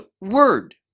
word